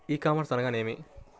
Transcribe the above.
ఈ కామర్స్ అనగా నేమి?